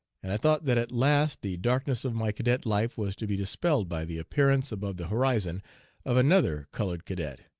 and i thought that at last the darkness of my cadet life was to be dispelled by the appearance above the horizon of another colored cadet.